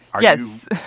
Yes